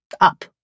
up